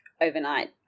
overnight